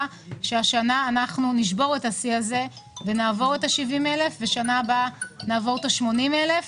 שהשנה נשבור את השיא ובשנה הבאה נעבור את ה-80,000.